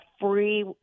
free